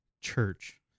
church